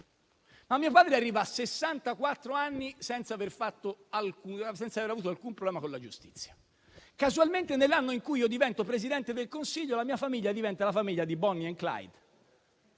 ma mio padre arriva a sessantaquattro anni senza aver avuto alcun problema con la giustizia e, casualmente, nell'anno in cui io divento Presidente del Consiglio, la mia famiglia diventa la famiglia di Bonnie and Clyde